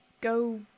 go